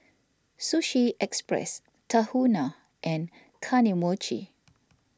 Sushi Express Tahuna and Kane Mochi